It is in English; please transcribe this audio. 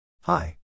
Hi